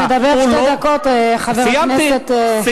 אתה מדבר כבר שתי דקות, חבר הכנסת חאג' יחיא.